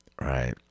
Right